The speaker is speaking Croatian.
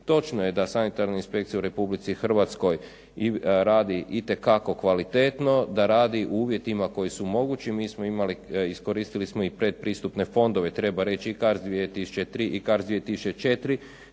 točno je da sanitarna inspekcija u Republici Hrvatskoj radi itekako kvalitetno, da radi u uvjetima koji su mogući. Mi smo imali, iskoristili smo i predpristupne fondove, treba reći i CARDS 2003 i CARDA 2004.